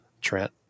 Trent